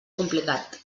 complicat